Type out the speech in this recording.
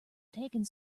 taking